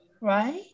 right